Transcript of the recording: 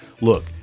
look